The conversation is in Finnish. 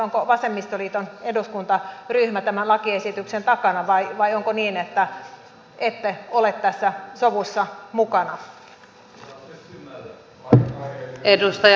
onko vasemmistoliiton eduskuntaryhmä tämän lakiesityksen takana vai onko niin että ette ole tässä sovussa mukana